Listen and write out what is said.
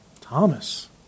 Thomas